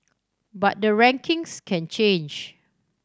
but the rankings can change